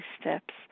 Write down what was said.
steps